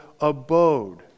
abode